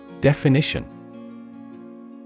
Definition